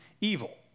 evil